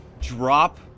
drop